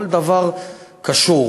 כל דבר קשור.